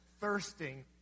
thirsting